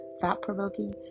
thought-provoking